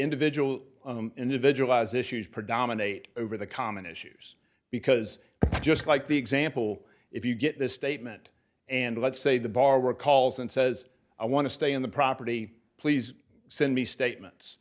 individual individualized issues predominate over the common issues because just like the example if you get the statement and let's say the bar recalls and says i want to stay in the property please send me statements